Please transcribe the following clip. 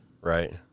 Right